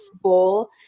bowl